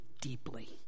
deeply